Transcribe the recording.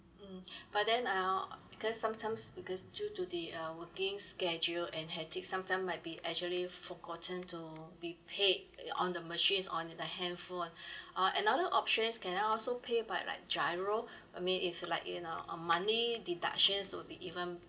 mm but then uh because sometimes because due to the uh working schedule and hectic sometime might be actually forgotten to be paid on the machines on the handphone uh and other option is can I also pay by like giro I mean if like in uh money deductions would be even